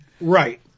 Right